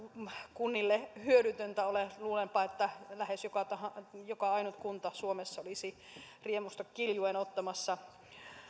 kunnille hyödytöntä ole luulenpa että lähes joka joka ainut kunta suomessa olisi riemusta kiljuen ottamassa